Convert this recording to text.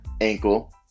ankle